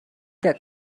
that